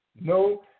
No